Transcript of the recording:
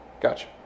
Gotcha